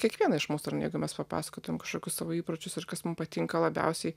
kiekvieną iš mūsų ar ne jeigu mes papasakotumėm kažkokius savo įpročius ir kas mum patinka labiausiai